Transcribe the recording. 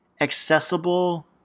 accessible